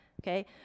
okay